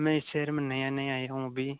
मैं इस शहर में नया नया आया हूँ अभी